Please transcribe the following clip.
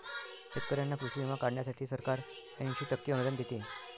शेतकऱ्यांना कृषी विमा काढण्यासाठी सरकार ऐंशी टक्के अनुदान देते